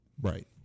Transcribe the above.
right